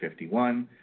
51